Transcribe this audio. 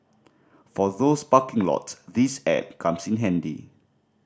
for those parking lots this app comes in handy